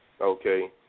Okay